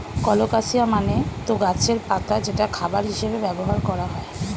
colocasia মানে তো গাছের পাতা যেটা খাবার হিসেবে ব্যবহার করা হয়